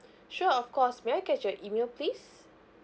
sure of course may I get your email please